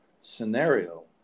scenario